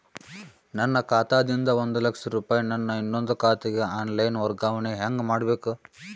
ನನ್ನ ಖಾತಾ ದಿಂದ ಒಂದ ಲಕ್ಷ ರೂಪಾಯಿ ನನ್ನ ಇನ್ನೊಂದು ಖಾತೆಗೆ ಆನ್ ಲೈನ್ ವರ್ಗಾವಣೆ ಹೆಂಗ ಮಾಡಬೇಕು?